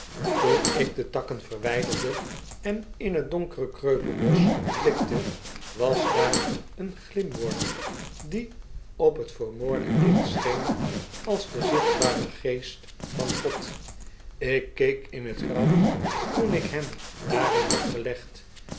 oen ik de takken verwyderde en in het donkere kreupelbosch blikte was daar een glimworm die op het vermoorde kind scheen als de zichtbare geest van god ik keek in het graf toen ik hem daarin had gelegd